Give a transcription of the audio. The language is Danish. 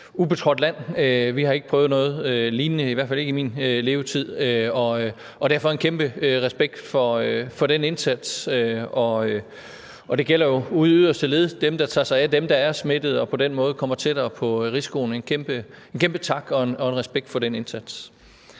ubetrådt land; vi har ikke prøvet noget lignende, i hvert fald ikke i min levetid. Derfor har jeg en kæmpe respekt for den indsats, og det gælder jo ude i yderste led, nemlig i forhold til dem, der tager sig af dem, som er smittet, og på den måde kommer tættere på risikoen – en kæmpe, kæmpe tak og respekt for den indsats.